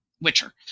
witcher